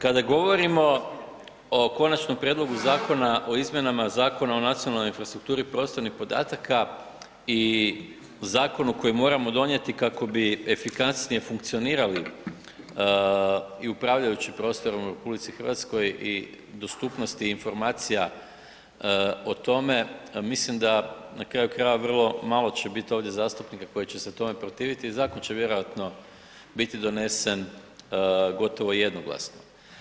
Kada govorimo o Konačnom prijedlogu zakona o izmjenama Zakona o nacionalnoj infrastrukturi prostornih podataka i zakonu koji moramo donijeti kako bi efikasnije funkcionirali i upravljajući prostorom u RH i dostupnosti informacija o tome, mislim da, na kraju krajeva vrlo malo će biti ovdje zastupnika koji će se tome protiviti, zakon će vjerojatno biti donesen gotovo jednoglasno.